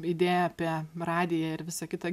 idėja apie radiją ir visa kita